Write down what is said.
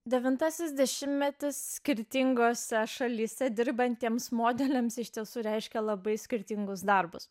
devintasis dešimtmetis skirtingose šalyse dirbantiems modeliams iš tiesų reiškia labai skirtingus darbus